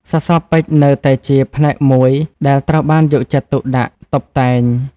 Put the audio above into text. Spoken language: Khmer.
សសរពេជ្រនៅតែជាផ្នែកមួយដែលត្រូវបានយកចិត្តទុកដាក់តុបតែង។